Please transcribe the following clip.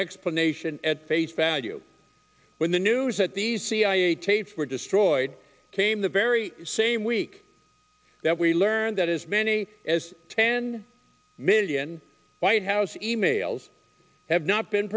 explanation at face value when the news that these cia tapes were destroyed came the very same week that we learned that is many as ten million white house e mails have not been